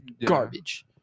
Garbage